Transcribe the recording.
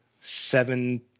seven